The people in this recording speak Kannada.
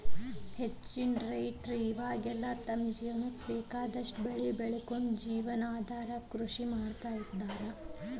ಹೆಚ್ಚಿನ ರೈತರ ಇವಾಗೆಲ್ಲ ತಮ್ಮ ಜೇವನಕ್ಕ ಬೇಕಾದಷ್ಟ್ ಬೆಳಿ ಬೆಳಕೊಂಡು ಜೇವನಾಧಾರ ಕೃಷಿ ಮಾಡ್ಕೊಂಡ್ ಇರ್ತಾರ